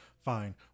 Fine